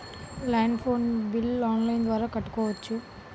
Land phone bill online ద్వారా కట్టుకోవచ్చు?